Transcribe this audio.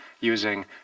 using